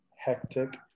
hectic